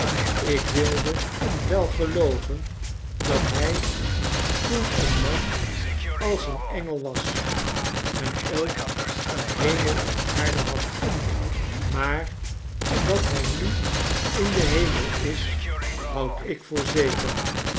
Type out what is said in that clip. ik wil wel gelooven dat hij toen een man als een engel was en ook een hemel op aarde had maar dat hij nu in den hemel is houd ik voor zeker